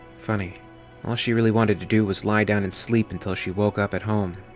funny all she really wanted to do was lie down and sleep until she woke up at home.